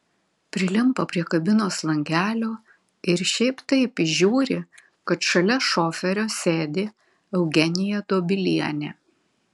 prilimpa prie kabinos langelio ir šiaip taip įžiūri kad šalia šoferio sėdi eugenija dobilienė